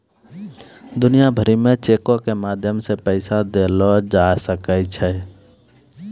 दुनिया भरि मे चेको के माध्यम से पैसा देलो जाय सकै छै